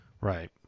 Right